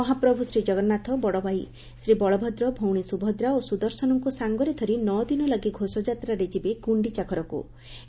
ମହାପ୍ରଭୁ ଶ୍ରୀଜଗନ୍ନାଥ ବଡଭାଇ ଶ୍ରୀବଳଭଦ୍ର ଭଉଣୀ ସୁଭଦ୍ରା ଓ ସୁଦର୍ଶନଙ୍କୁ ସାଙ୍ଗରେ ଧରି ନଅଦିନ ଲାଗି ଘୋଷଯାତ୍ରାରେ ଯିବେ ଗ୍ରୁଣ୍ଠିଚା ଘରକ୍